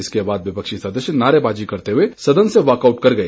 इसके बाद विपक्षी सदस्य नारेबाजी करते हुए वाकआउट कर गए